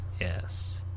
Yes